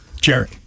Jerry